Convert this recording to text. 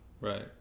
Right